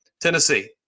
Tennessee